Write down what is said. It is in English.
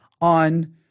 on